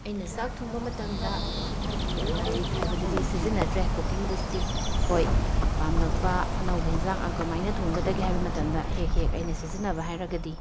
ꯑꯩꯅ ꯆꯥꯛ ꯊꯣꯡꯕ ꯃꯇꯝꯗ ꯏ ꯂꯥꯏꯔꯤꯛ ꯍꯥꯏꯕꯗꯨꯗꯤ ꯁꯤꯖꯤꯟꯅꯗ꯭ꯔꯦ ꯀꯨꯀꯤꯡ ꯕꯨꯛꯇꯤ ꯍꯣꯏ ꯄꯥꯝꯂꯛꯄ ꯑꯅꯧꯕ ꯑꯦꯟꯖꯥꯡ ꯑ ꯀꯃꯥꯏꯅ ꯊꯣꯡꯒꯗꯒꯦ ꯍꯥꯏꯕ ꯃꯇꯝꯗ ꯍꯦꯛ ꯍꯦꯛ ꯑꯩꯅ ꯁꯤꯖꯤꯟꯅꯕ ꯍꯥꯏꯔꯒꯗꯤ